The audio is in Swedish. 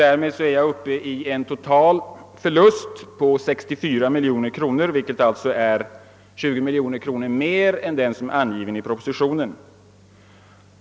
Därmed är jag uppe i en total förlust på 64 miljoner kronor, vilket är 20 miljoner kronor mera än vad som anges i propositionen.